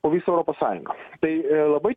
po visą europos sąjungą tai labai